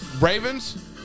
Ravens